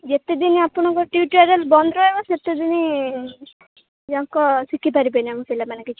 ଯେତେଦିନ ଆପଣଙ୍କ ଟ୍ୟୁଟୋରିଆଲ୍ ବନ୍ଦ ରହିବ ସେତେଦିନ ୟାଙ୍କ ଶିଖି ପାରିବେନି ଆମ ପିଲାମାନେ କିଛି